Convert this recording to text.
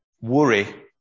worry